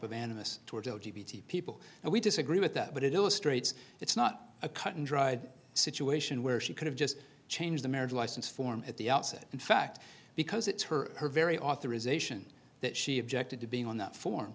towards people and we disagree with that but it illustrates it's not a cut and dried situation where she could have just changed the marriage license form at the outset in fact because it's her her very authorization that she objected to being on the form